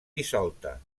dissolta